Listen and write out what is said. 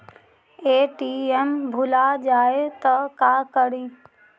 ATM भुला जाये त का करि?